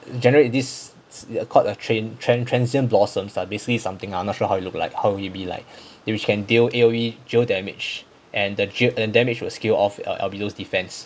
generally this called a train tram transient blossoms ah basically is something I'm not sure how it look like how will it be like if it can deal A_O_E geo damage and the geo the damage will scale off albedo's defence